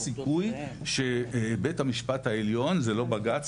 יש סיכוי שבית המשפט העליון זה לא בג"ץ,